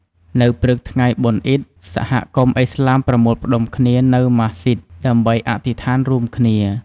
នៅព្រឹកថ្ងៃបុណ្យអ៊ីឌ សហគមន៍ឥស្លាមប្រមូលផ្ដុំគ្នានៅ ម៉ាស្សីដ ដើម្បីអធិស្ឋានរួមគ្នា។